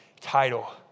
title